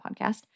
podcast